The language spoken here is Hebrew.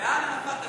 בעד הנפת הדגל.